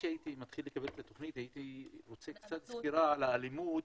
הייתי שמח לסקירה על האלימות,